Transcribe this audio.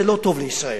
זה לא טוב לישראל.